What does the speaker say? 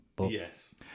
Yes